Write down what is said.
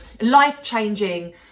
life-changing